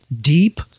deep